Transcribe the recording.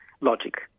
logic